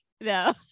No